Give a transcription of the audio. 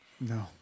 No